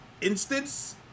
instance